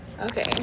Okay